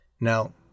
Now